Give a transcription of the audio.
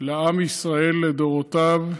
לעם ישראל לדורותיו,